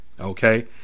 Okay